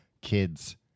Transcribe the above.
kids